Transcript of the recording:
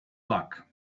luck